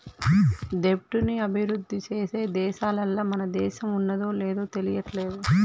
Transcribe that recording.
దెబ్ట్ ని అభిరుద్ధి చేసే దేశాలల్ల మన దేశం ఉన్నాదో లేదు తెలియట్లేదు